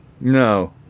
No